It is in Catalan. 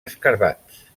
escarabats